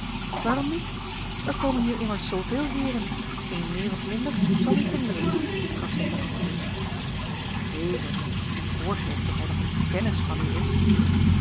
waarom niet er komen hier immers zooveel heeren een meer of minder zal niet hinderen gaf zij ten antwoord maar deze die voorgeeft dat hij nog een kennis van u is